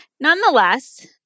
Nonetheless